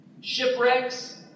shipwrecks